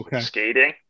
skating